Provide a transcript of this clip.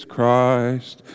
Christ